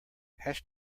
hash